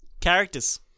Characters